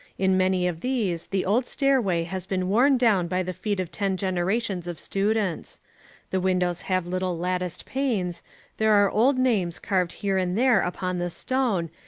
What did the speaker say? in many of these the old stairway has been worn down by the feet of ten generations of students the windows have little latticed panes there are old names carved here and there upon the stone,